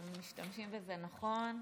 אם משתמשים בזה נכון,